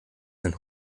sind